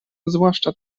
zwłaszcza